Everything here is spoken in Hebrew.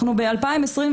אנחנו ב-2022,